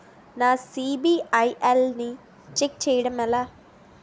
నా సిబిఐఎల్ ని ఛెక్ చేయడం ఎలా?